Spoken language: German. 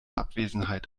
abwesenheit